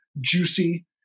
juicy